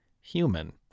human